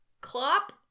Clop